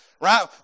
right